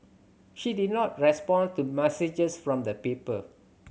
she did not respond to messages from the paper